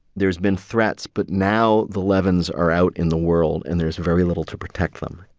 there's been threats, but now the levins are out in the world and there's very little to protect them.